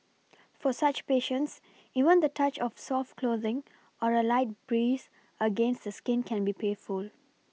for such patients even the touch of soft clothing or a light breeze against the skin can be painful